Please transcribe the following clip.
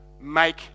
make